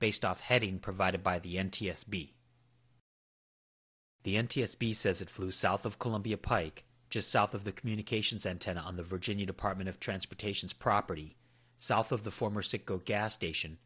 based off heading provided by the n t s b the n t s b says it flew south of columbia pike just south of the communications antenna on the virginia department of transportation's property south of the former sicko gas station